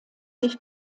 sich